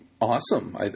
Awesome